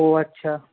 ও আচ্ছা